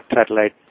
satellite